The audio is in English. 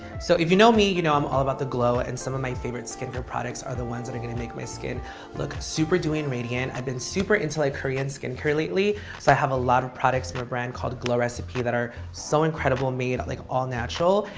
so if you know me, you know i'm all about the glow. and some of my favorite skincare products are the ones that are going to make my skin look super dewy and radiant. i've been super into like korean skincare lately, so i have a lot of products from a brand called glow recipe that are so incredible. made like all natural.